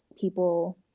people